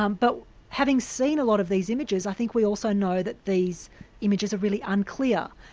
um but having seen a lot of these images, i think we also know that these images are really unclear,